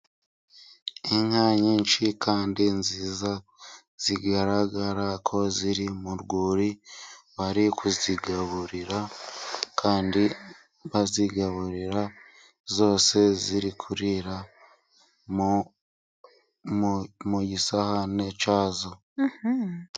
Inka nyinshi kandi nziza zigaragarako ziri mu rwuri bari kuzigaburira, kandi bazigaburira zose ziri kurira mu gisahane cyazo.